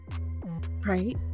right